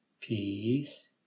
peace